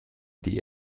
die